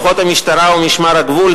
כוחות המשטרה ומשמר הגבול,